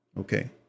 okay